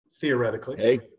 theoretically